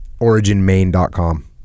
originmain.com